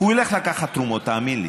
הוא ילך לקחת תרומות, תאמין לי.